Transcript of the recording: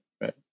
right